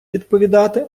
відповідати